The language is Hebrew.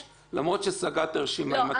למרות שסגרתי את הרשימה - רוצה?